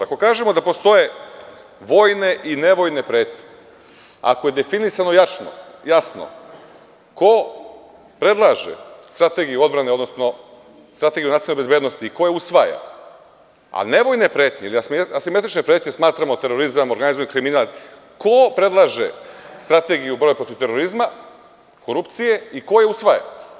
Ako kažemo da postoje vojne i nevojne pretnje, ako je definisano jasno ko predlaže strategiju odbrane, odnosno Strategiju nacionalne bezbednosti i ko je usvaja, a nevojne pretnje i asimetričnim pretnjama smatramo terorizam, organizovani kriminal, ko predlaže Strategiju borbe protiv terorizma, korupcije i ko je usvaja?